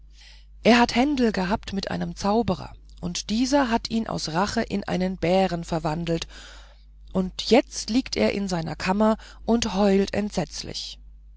er hat händel gehabt mit einem zauberer und dieser hat ihn aus rache in einen bären verwandelt und jetzt liegt er in seiner kammer und heult entsetzlich